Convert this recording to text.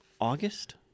August